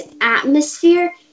atmosphere